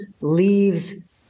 leaves